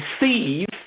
receive